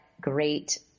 great